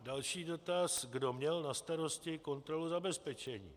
Další dotaz, kdo měl na starosti kontrolu zabezpečení.